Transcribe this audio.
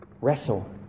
Wrestle